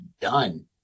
done